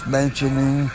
mentioning